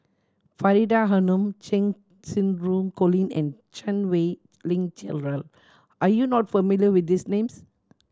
Faridah Hanum Cheng Xinru Colin and Chan Wei Ling Cheryl are you not familiar with these names